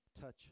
touch